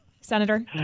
Senator